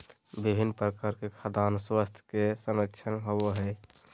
विभिन्न प्रकार के खाद्यान स्वास्थ्य के संरक्षण होबय हइ